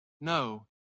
No